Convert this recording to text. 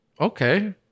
Okay